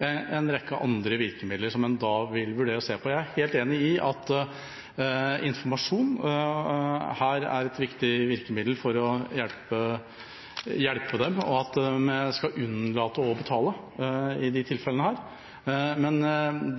en rekke andre virkemidler som en da vil vurdere å se på. Jeg er helt enig i at informasjon her er et viktig virkemiddel for å hjelpe dem, og at en skal unnlate å betale i disse tilfellene, men